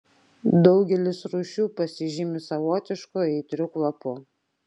daugelis rūšių pasižymi savotišku aitriu kvapu